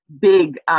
big